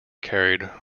carried